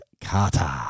Carter